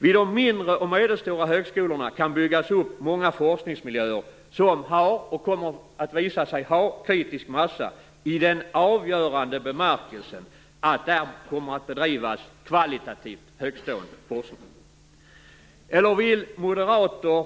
Vid de mindre och medelstora högskolorna kan byggas upp många forskningsmiljöer, som har haft och kommer att visa sig ha "kritisk massa" i den avgörande bemärkelsen att där kommer att bedrivas kvalitativt högtstående forskning. Eller vill Moderaterna